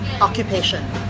occupation